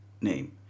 name